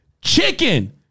Chicken